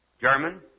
German